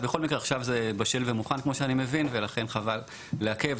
בכל מקרה, עכשיו זה בשל ומוכן ולכן חבל לעכב.